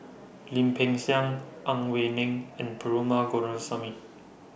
Lim Peng Siang Ang Wei Neng and Perumal